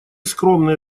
скромные